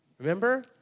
Remember